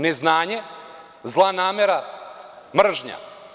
Neznanje, zla namera, mržnja?